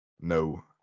No